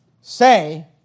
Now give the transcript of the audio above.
say